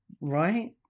Right